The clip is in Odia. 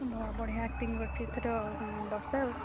ବଢ଼ିଆ ଆକ୍ଟିଙ୍ଗ କରିଛି ଏଥର ବର୍ଷା ଆଉ